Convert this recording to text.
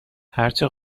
هرچه